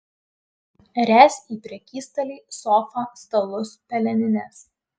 ręs į prekystalį sofą stalus pelenines